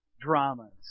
dramas